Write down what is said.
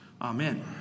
Amen